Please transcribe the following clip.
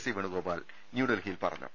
C Venugopal ന്യൂഡൽഹിയിൽ പറ ഞ്ഞു